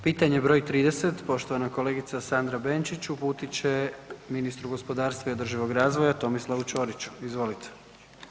Pitanje broj 30, poštovana kolegica Sandra Benčić uputit će ministru gospodarstva i održivog razvoja Tomislavu Čoriću, izvolite.